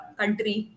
country